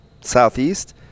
Southeast